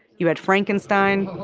you had frankenstein.